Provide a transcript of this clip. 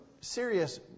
serious